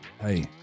Hey